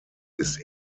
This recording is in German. ist